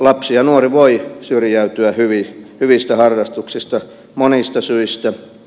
lapsi ja nuori voi syrjäytyä hyvistä harrastuksista monista syistä